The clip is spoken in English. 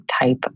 type